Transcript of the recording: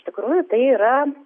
iš tikrųjų tai yra